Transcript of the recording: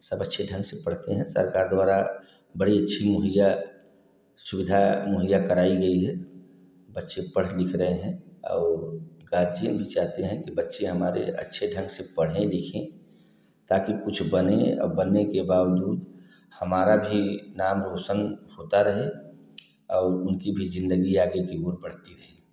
सब अच्छे ढंग से पढ़ते हैं सरकार द्वारा बड़ी अच्छी मुहैया सुविधा मुहैया कराई गई है बच्चे पढ़ लिख रहें है और गार्जियन भी चाहते हैं कि बच्चे हमारे अच्छे ढंग से पढ़े लिखें ताकि कुछ बनें और बनने के बावजूद हमारा भी नाम रोशन होता रहे और उन्हीं की ज़िंदगी भी आगे की और बढ़ती रहे